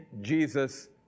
Jesus